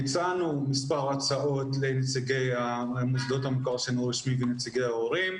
הצענו מספר הצעות לנציגי מוסדות המוכר שאינו רשמי ונציגי ההורים.